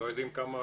אנחנו לא יודעים כמה